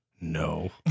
No